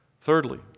Thirdly